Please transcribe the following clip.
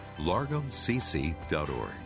largocc.org